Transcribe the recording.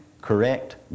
correct